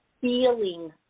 feeling